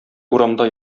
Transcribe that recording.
урамда